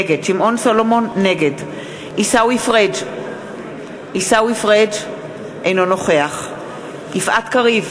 נגד עיסאווי פריג' אינו נוכח יפעת קריב,